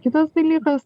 kitas dalykas